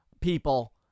people